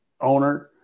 owner